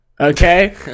okay